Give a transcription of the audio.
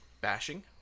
bashing